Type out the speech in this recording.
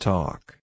Talk